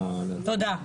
תודה.